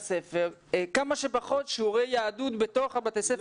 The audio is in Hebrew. כמה שפחות שיעורי יהדות בתוך בתי הספר